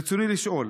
רצוני לשאול: